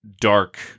dark